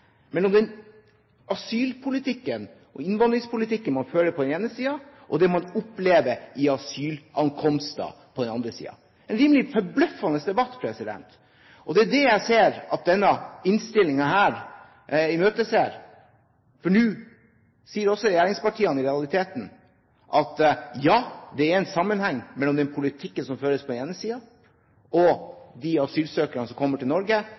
på den ene siden, og det man opplever når det gjelder asylankomster på den andre siden – en rimelig forbløffende debatt. Det er dét jeg ser at man i denne innstillingen her imøtegår, for nå sier også regjeringspartiene i realiteten at ja, det er en sammenheng mellom den politikken som føres på den ene siden, og de asylsøkerne som kommer til Norge